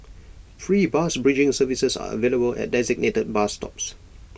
free bus bridging services are available at designated bus stops